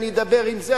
אני אדבר עם זה,